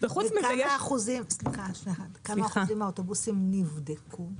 וכמה אחוזים מהאוטובוסים נבדקו?